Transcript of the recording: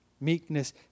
Meekness